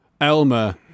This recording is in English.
Elmer